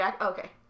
Okay